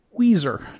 Weezer